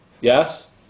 Yes